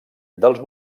dels